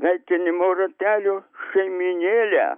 sveikinimo ratelių šeimynėlę